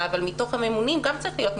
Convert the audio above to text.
אבל מתוך הממונים גם צריך להיות מכסה.